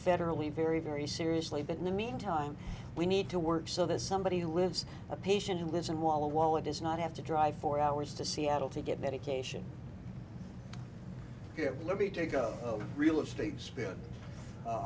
federally very very seriously but in the meantime we need to work so that somebody who lives a patient who lives in walla walla does not have to drive for hours to seattle to get medication get libby to go real estate spin